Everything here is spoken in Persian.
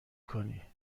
کنی